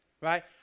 right